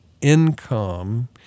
income